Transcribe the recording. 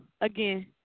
again